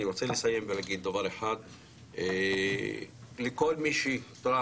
אני רוצה לסיים ולהגיד שאנחנו מודים לכל מי שתרם